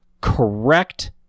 correct